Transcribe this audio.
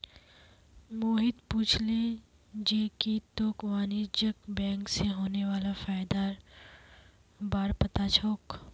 मोहित पूछले जे की तोक वाणिज्यिक बैंक स होने वाला फयदार बार पता छोक